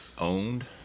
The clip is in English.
owned